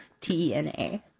T-E-N-A